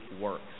works